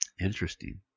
Interesting